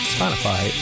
Spotify